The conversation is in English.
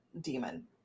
demon